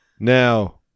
Now